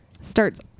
starts